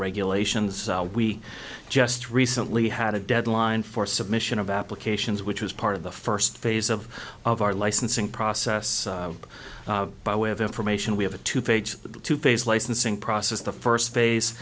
regulations we just recently had a deadline for submission of applications which was part of the first phase of of our licensing process by way of information we have a two page to page licensing process the first phase